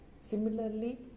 similarly